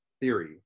theory